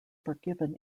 forgiven